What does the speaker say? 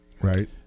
right